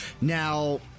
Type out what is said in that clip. Now